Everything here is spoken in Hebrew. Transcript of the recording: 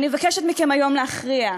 ואני מבקשת מכם היום להכריע,